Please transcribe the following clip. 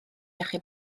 achub